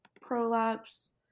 prolapse